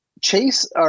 Chase